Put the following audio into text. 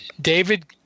David